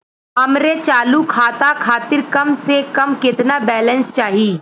हमरे चालू खाता खातिर कम से कम केतना बैलैंस चाही?